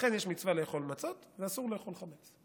לכן יש מצווה לאכול מצות ואסור לאכול חמץ,